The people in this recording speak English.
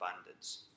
abundance